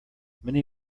many